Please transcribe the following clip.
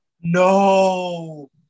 No